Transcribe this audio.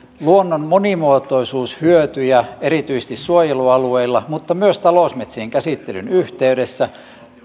luonnon monimuotoisuushyötyjä erityisesti suojelualueilla mutta myös talousmetsien käsittelyn yhteydessä